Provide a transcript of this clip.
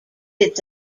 its